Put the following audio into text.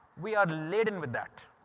we are laden with that.